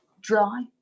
dry